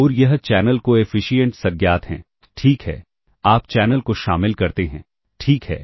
और यह channel coefficients अज्ञात हैं ठीक है आप चैनल को शामिल करते हैं ठीक है